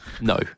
No